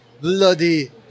Bloody